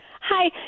Hi